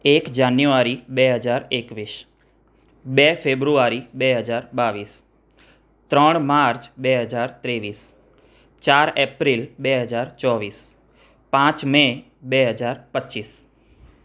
એક જાન્યુઆરી બે હજાર એકવીસ બે ફેબ્રુઆરી બે હજાર બાવીસ ત્રણ માર્ચ બે હજાર ત્રેવીસ ચાર એપ્રિલ બે હજાર ચોવીસ પાંચ મે બે હજાર પચીસ